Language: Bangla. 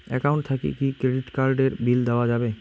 একাউন্ট থাকি কি ক্রেডিট কার্ড এর বিল দেওয়া যাবে?